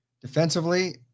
Defensively